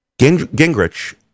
Gingrich